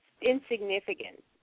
insignificant